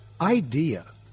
idea